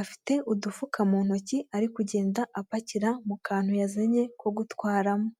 afite udufuka mu ntoki ari kugenda apakira mu kantu yazanye ko kugutwaramo.